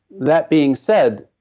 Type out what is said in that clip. that being said,